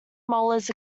molars